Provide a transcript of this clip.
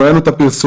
וראינו את הפרסומים.